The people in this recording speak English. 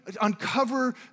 uncover